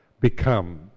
become